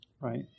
Right